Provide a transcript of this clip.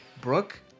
Brooke